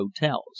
hotels